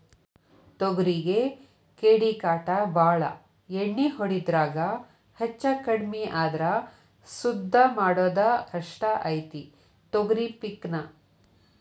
ತೊಗರಿಗೆ ಕೇಡಿಕಾಟ ಬಾಳ ಎಣ್ಣಿ ಹೊಡಿದ್ರಾಗ ಹೆಚ್ಚಕಡ್ಮಿ ಆದ್ರ ಸುದ್ದ ಮಾಡುದ ಕಷ್ಟ ಐತಿ ತೊಗರಿ ಪಿಕ್ ನಾ